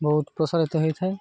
ବହୁତ ପ୍ରସାରିତ ହେଇଥାଏ